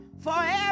Forever